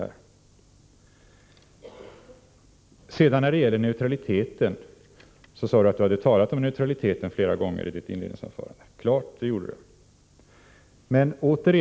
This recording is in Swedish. Ivar Virgin sade att han hade talat om neutraliteten flera gånger i sitt inledningsanförande, och det är riktigt.